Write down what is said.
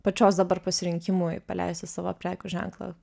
pačios dabar pasirinkimui paleisti savo prekių ženklą